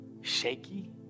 shaky